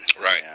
Right